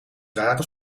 rare